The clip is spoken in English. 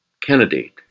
candidate